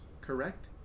correct